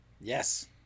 Yes